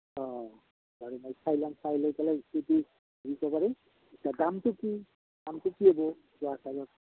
অঁ বাৰু মই চাই ল'ম চাই লৈ পেলাই এতিয়া দামটো কি দামটো কিব জহা চাউলৰ